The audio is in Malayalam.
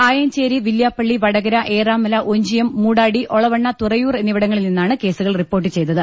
ആയഞ്ചേരി വില്ല്യാപ്പളളി വടകര ഏറാമല ഒഞ്ചിയം മൂടാടി ഒളവണ്ണ തുറയൂർ എന്നിവിടങ്ങളിൽ നിന്നാണ് കേസുകൾ റിപ്പോർട്ട് ചെയ്തത്